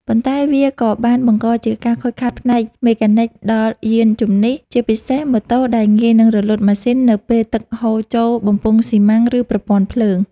ប៉ុន្តែវាក៏បានបង្កជាការខូចខាតផ្នែកមេកានិកដល់យានជំនិះ ជាពិសេសម៉ូតូដែលងាយនឹងរលត់ម៉ាស៊ីននៅពេលទឹកហូរចូលបំពង់ស៊ីម៉ាំង ឬប្រព័ន្ធភ្លើង។